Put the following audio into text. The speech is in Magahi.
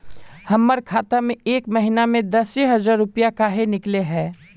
हमर खाता में एक महीना में दसे हजार रुपया काहे निकले है?